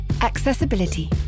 Accessibility